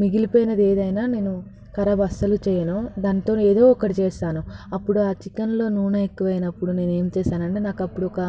మిగిలిపోయింది ఏదైనా నేను కరాబ్ అస్సలు చేయను దానితో ఏదో ఒకటి చేస్తాను అప్పుడు ఆ చికెన్లో నూనె ఎక్కువైనపుడు నేను ఏం చేస్తానంటే నాకు అప్పుడు ఒక